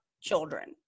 children